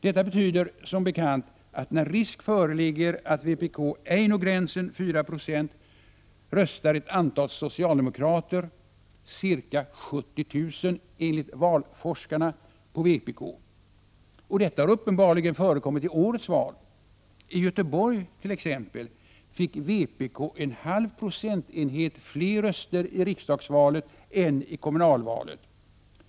Detta betyder, som bekant, att när risk föreligger att vpk ej når gränsen 4 26, röstar ett antal socialdemokrater — ca 70 000 enligt valforskarna — på vpk. Detta har uppenbarligen förekommit i årets val. I Göteborg, t.ex., fick vpk en halv procentenhet fler röster i riksdagsvalet än i kommunalvalet.